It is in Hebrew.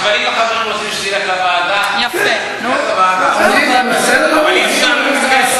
שלושה חברי כנסת --- אדוני סגן השר